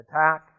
attack